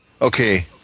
Okay